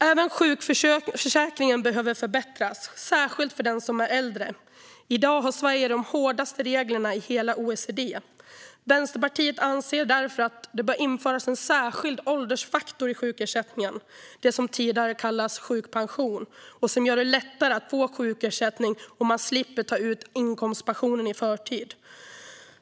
Även sjukförsäkringen behöver förbättras, särskilt för den som är äldre. I dag har Sverige de hårdaste reglerna i hela OECD. Vänsterpartiet anser därför att det bör införas en särskild åldersfaktor i sjukersättningen, det som tidigare kallades sjukpension, som gör det lättare att få sjukersättning och att man slipper ta ut inkomstpensionen i förtid.